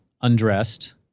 undressed